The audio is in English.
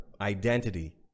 identity